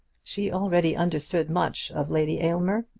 she already understood much of lady aylmer,